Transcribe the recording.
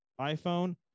iPhone